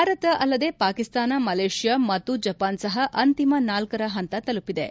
ಭಾರತ ಅಲ್ಲದೇ ಪಾಕಿಸ್ತಾನ ಮಲೇಷಿಯಾ ಮತ್ತು ಜಪಾನ್ ಸಹ ಅಂತಿಮ ನಾಲ್ಕರ ಹಂತ ತಲುಪಿವೆ